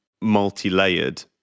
multi-layered